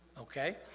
okay